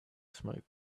smoke